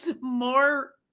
more